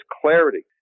clarity